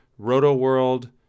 Roto-World